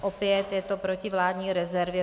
Opět je to proti vládní rezervě.